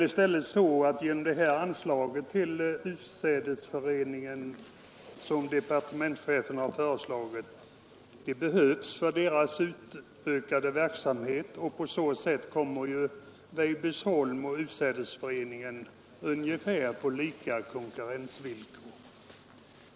I stället är det väl så att det anslag till utsädesföreningen som departementschefen har föreslagit behövs för föreningens utökade verksamhet, och då kommer Weibullsholm och utsädesföreningen att få ungefär samma konkurrensvillkor.